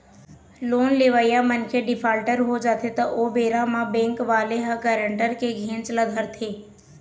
loan लेवइया मनखे defaulter हो जाथे त ओ बेरा म बेंक वाले ह गारंटर के घेंच ल धरथे